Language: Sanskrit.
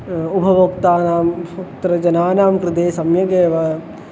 उपभोक्तृणां बहुत्र जनानां कृते सम्यगेव